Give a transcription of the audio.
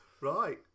Right